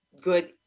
good